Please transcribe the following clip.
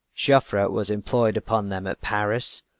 joffre was employed upon them at paris,